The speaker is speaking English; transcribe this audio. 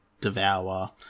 Devour